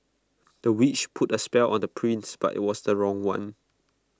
the witch put A spell on the prince but IT was the wrong one